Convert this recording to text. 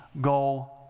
go